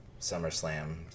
SummerSlam